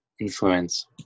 influence